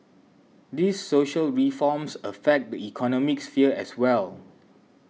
these social reforms affect the economic sphere as well